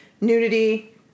nudity